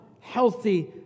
healthy